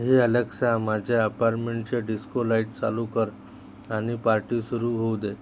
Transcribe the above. हे अलेक्सा माझ्या अपारमेंटचे डिस्को लाईट चालू कर आणि पार्टी सुरू होऊ दे